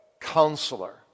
counselor